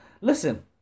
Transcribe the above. Listen